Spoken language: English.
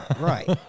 Right